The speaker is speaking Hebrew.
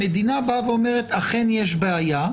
המדינה אומרת, אכן, יש בעיה,